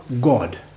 God